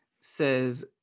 says